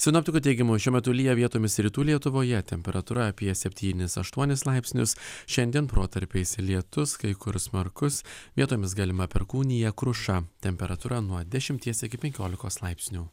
sinoptikų teigimu šiuo metu lyja vietomis rytų lietuvoje temperatūra apie septynis aštuonis laipsnius šiandien protarpiais lietus kai kur smarkus vietomis galima perkūnija kruša temperatūra nuo dešimties iki penkiolikos laipsnių